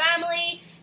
family